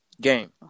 Game